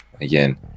again